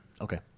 Okay